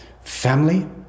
Family